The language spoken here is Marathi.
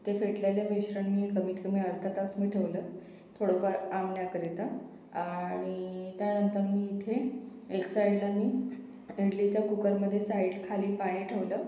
ते फेटलेलं मिश्रण मी कमीत कमी अर्धा तास मी ठेवलं थोडंफार आमण्याकरिता आणि त्यानंतर मी इथे एक साईडला मी इडलीच्या कुकरमध्ये साईड खाली पाणी ठेवलं